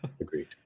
agreed